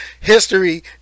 History